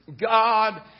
God